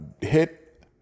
hit